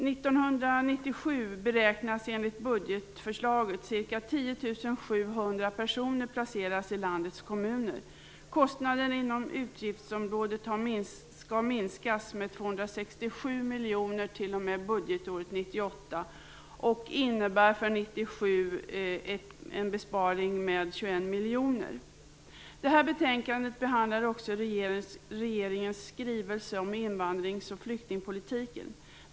miljoner kronor t.o.m. budgetåret 1998, och innebär för 1997 en besparing med 21 miljoner kronor. I betänkandet behandlas också regeringens skrivelse om invandrings och flyktingpolitiken.